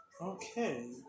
Okay